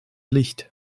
licht